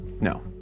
No